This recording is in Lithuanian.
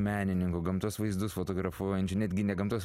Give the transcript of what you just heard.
menininko gamtos vaizdus fotografuojančių netgi ne gamtos